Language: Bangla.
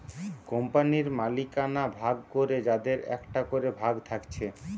কোম্পানির মালিকানা ভাগ করে যাদের একটা করে ভাগ থাকছে